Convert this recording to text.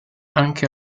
anche